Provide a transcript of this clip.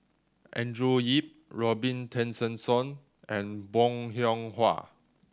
Andrew Yip Robin Tessensohn and Bong Hiong Hwa